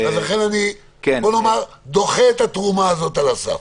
לכן אני דוחה את התרומה הזאת על הסף.